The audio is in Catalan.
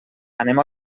anem